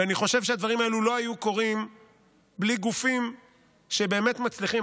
ואני חושב שהדברים האלה לא היו קורים בלי גופים שבאמת מצליחים.